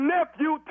Nephew